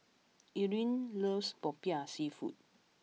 Eryn loves Popiah Seafood